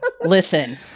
Listen